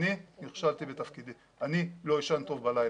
אני כשלתי בתפקידי, אני לא אשן טוב בלילה.